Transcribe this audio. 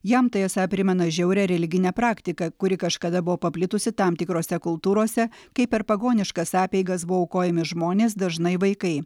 jam tai esą primena žiaurią religinę praktiką kuri kažkada buvo paplitusi tam tikrose kultūrose kaip per pagoniškas apeigas buvo aukojami žmonės dažnai vaikai